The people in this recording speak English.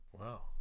Wow